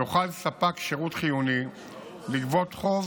יוכל ספק שירות חיוני לגבות חוב